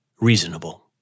reasonable